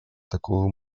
такого